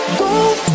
gold